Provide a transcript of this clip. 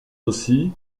aussi